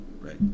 right